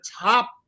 top